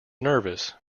nervous